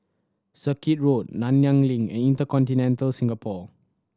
Circuit Road Nanyang Link and InterContinental Singapore